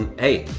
and hey,